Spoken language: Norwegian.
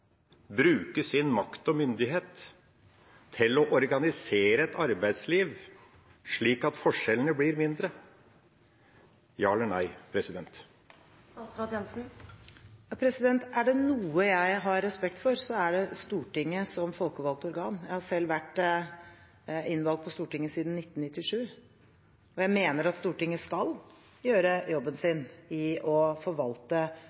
bruke sin makt og myndighet til å organisere arbeidslivet slik at forskjellene blir mindre? Ja eller nei? Er det noe jeg har respekt for, er det Stortinget som folkevalgt organ. Jeg har selv vært innvalgt på Stortinget siden 1997. Jeg mener at Stortinget skal gjøre jobben sin med å forvalte